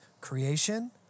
creation